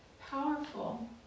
powerful